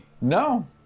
No